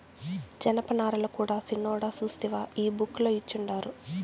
జనపనారల కూడా సిన్నోడా సూస్తివా ఈ బుక్ ల ఇచ్చిండారు